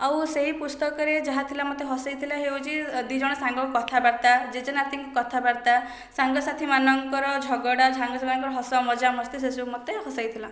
ଆଉ ସେହି ପୁସ୍ତକରେ ଯାହା ଥିଲା ମୋତେ ହସେଇଥିଲା ହେଉଛି ଦୁଇଜଣ ସାଙ୍ଗ କଥାବାର୍ତ୍ତା ଜେଜେ ନାତୀଙ୍କ କଥାବାର୍ତ୍ତା ସାଙ୍ଗ ସାଥୀମାନଙ୍କର ଝଗଡ଼ା ସାଙ୍ଗ ସାଥୀମାନଙ୍କର ହସ ମଜା ମସ୍ତି ସେସବୁ ମୋତେ ହସାଇଥିଲା